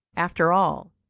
after all,